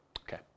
Okay